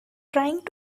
trying